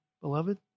beloved